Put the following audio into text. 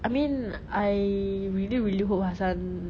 I mean I really really hope hassan